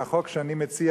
והחוק שאני מציע,